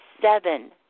seven